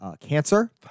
cancer